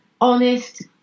honest